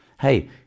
Hey